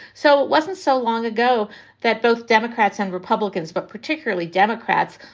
so it wasn't so long ago that both democrats and republicans, but particularly democrats,